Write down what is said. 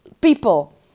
people